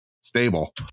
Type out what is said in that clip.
stable